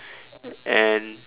and